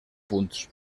punts